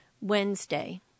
Wednesday